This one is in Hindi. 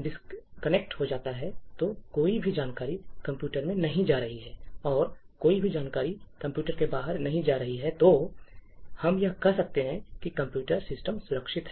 डिस्कनेक्ट हो जाता है तो कोई भी जानकारी कंप्यूटर में नहीं जा रही है और कोई भी जानकारी कंप्यूटर के बाहर नहीं जा रही है तो हम कह सकते हैं कि कंप्यूटर सिस्टम सुरक्षित है